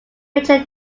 major